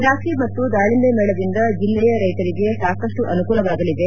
ದ್ರಾಕ್ಷಿ ಮತ್ತು ದಾಳಿಂಬೆ ಮೇಳದಿಂದ ಜಿಲ್ಲೆಯ ರೈತರಿಗೆ ಸಾಕಷ್ಟು ಅನುಕೂಲವಾಗಲಿದೆ